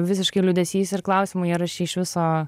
visiškai liūdesys ir klausimai ar aš čia iš viso